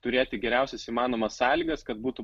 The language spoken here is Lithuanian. turėti geriausias įmanomas sąlygas kad būtų